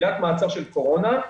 עילת מעצר של קורונה,